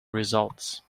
results